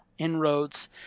inroads